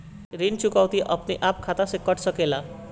ऋण चुकौती अपने आप खाता से कट सकेला?